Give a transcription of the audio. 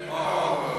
כן.